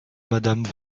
madame